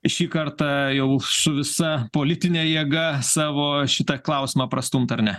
šį kartą jau su visa politine jėga savo šitą klausimą prastumt ar ne